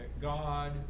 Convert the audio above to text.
God